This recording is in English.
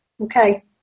Okay